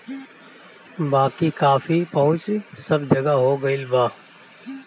बाकी कॉफ़ी पहुंच सब जगह हो गईल बा